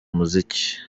umuziki